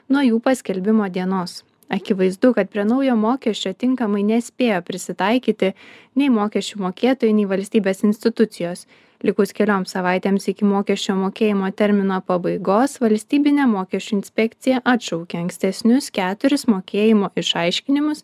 nuo jų paskelbimo dienos akivaizdu kad prie naujo mokesčio tinkamai nespėjo prisitaikyti nei mokesčių mokėtojai nei valstybės institucijos likus kelioms savaitėms iki mokesčio mokėjimo termino pabaigos valstybinė mokesčių inspekcija atšaukė ankstesnius keturis mokėjimo išaiškinimus